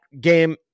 game